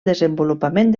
desenvolupament